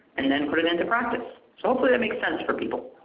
and then put it into practice. so hopefully that makes sense for people.